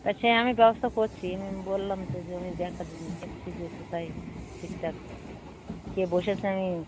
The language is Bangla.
তা সে আমি ব্যবস্থা করছি আমি বললাম তো যে আমি দেখা দেখছি যে কোথায় ঠিকঠাক কে বসেছে আমি